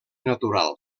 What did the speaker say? natural